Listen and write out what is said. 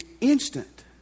instant